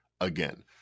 again